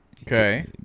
Okay